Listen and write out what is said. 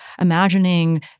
Imagining